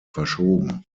verschoben